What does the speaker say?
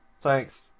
Thanks